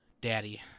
Daddy